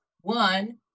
One